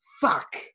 Fuck